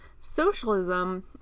socialism